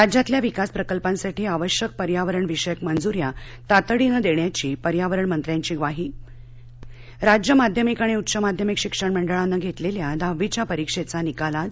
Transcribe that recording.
राज्यातल्या विकासप्रकल्पांसाठी आवश्यक पर्यावरण विषयक मंजू या तातडीनं देण्याची पर्यावरणमंत्र्यांची ग्वाही राज्य माध्यमिक आणि उच्च माध्यमिक शिक्षण मंडळानं घेतलेल्या दहावीच्या परीक्षेचा निकाल आज